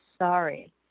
sorry